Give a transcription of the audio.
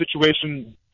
situation